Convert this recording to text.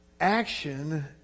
action